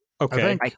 Okay